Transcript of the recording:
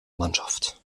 mannschaft